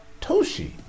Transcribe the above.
Toshi